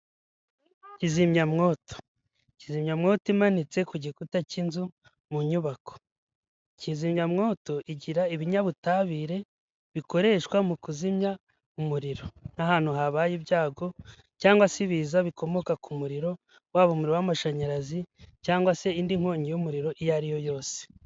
Iyi ni inzu ikoreramo ikigo kizwi cyane mu Rwanda mu gutanga ubwishingizi, gikoresha amabara y'umweru n'ubururu kandi gitanga ubwishingizi bw'ubuzima, si ubuzima gusa kandi batanga ubwishingizi ku bintu bigiye bitandukanye, imitungo mu gihe umuntu imitungo yahuye n'ikibazo cyangwa se ikinyabiziga cye cyahuye n'impanuka baramufasha kugirango yongere asubirane ibyo yahombye.